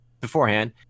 beforehand